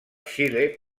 xile